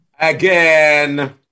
Again